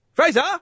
Fraser